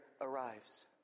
arrives